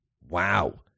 Wow